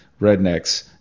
rednecks